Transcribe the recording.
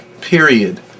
period